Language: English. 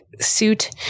suit